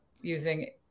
using